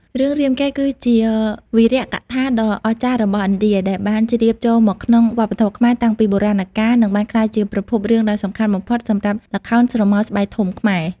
រឿង រាមកេរ្តិ៍ គឺជាវីរកថាដ៏អស្ចារ្យរបស់ឥណ្ឌា ដែលបានជ្រាបចូលមកក្នុងវប្បធម៌ខ្មែរតាំងពីបុរាណកាល និងបានក្លាយជាប្រភពរឿងដ៏សំខាន់បំផុតសម្រាប់ ល្ខោនស្រមោលស្បែកធំខ្មែរ ។